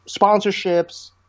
sponsorships